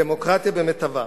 דמוקרטיה במיטבה.